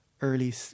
early